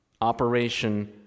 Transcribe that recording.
Operation